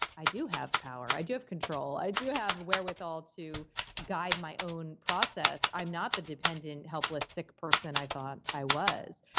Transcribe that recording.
i do have power, i do have control. i do have wherewithal to guide my own process. i'm not the dependent, helpless sick person i thought i was.